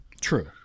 True